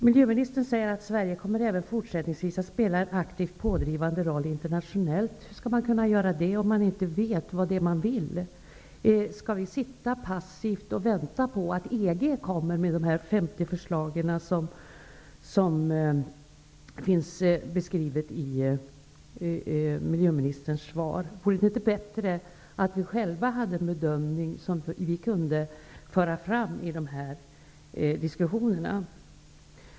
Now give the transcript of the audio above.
Miljöministern säger att Sverige även fortsättningsvis kommer att spela en aktivt pådrivande roll internationellt. Hur skall man kunna göra det om man inte vet vad det är man vill? Skall vi passivt sitta och vänta på att EG kommer med de 50 förslag som beskrivs i miljöministerns svar? Vore det inte bättre om vi själva hade en bedömning att föra fram vid dessa diskussioner?